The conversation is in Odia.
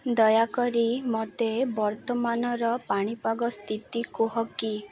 ଦୟାକରି ମୋତେ ବର୍ତ୍ତମାନର ପାଣିପାଗ ସ୍ଥିତି କୁହ କି